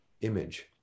image